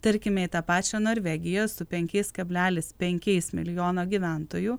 tarkime į tą pačią norvegiją su penkiais kablelis penkiais milijono gyventojų